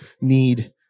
need